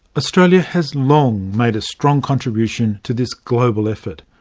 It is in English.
australia has long made a strong contribution to this global effort.